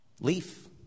leaf